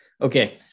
okay